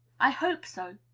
i hope so.